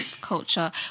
culture